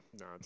No